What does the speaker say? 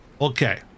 Okay